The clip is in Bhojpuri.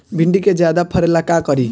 भिंडी के ज्यादा फरेला का करी?